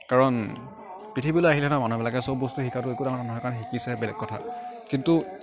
কাৰণ পৃথিৱীলৈ আহিলে ন মানুহবিলাকে চব বস্তু শিকাটো একো ডাঙৰ কথা নহয় কাৰণ শিকিছে বেলেগ কথা কিন্তু